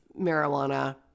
marijuana